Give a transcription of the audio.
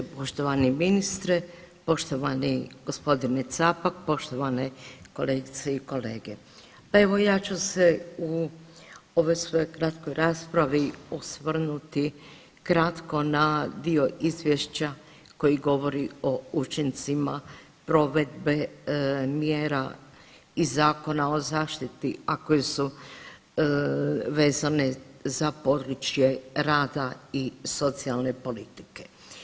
Poštovani ministre, poštovani gospodine Capak, poštovane kolegice i kolege, pa evo ja ću se u ovoj svojoj kratkoj raspravi osvrnuti kratko na dio izvješća koji govori o učincima provedbe mjera i zakona o zaštiti, a koje su vezane za područje rada i socijalne politike.